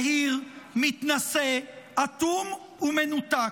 יהיר, מתנשא, אטום ומנותק,